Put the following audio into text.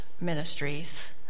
ministries